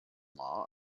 law